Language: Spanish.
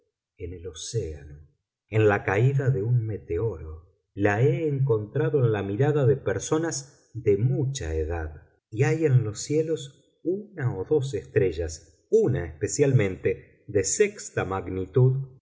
en el océano en la caída de un meteoro la he encontrado en la mirada de personas de mucha edad y hay en los cielos una o dos estrellas una especialmente de sexta magnitud